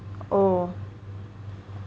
oh